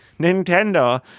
Nintendo